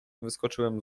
wyskoczyłem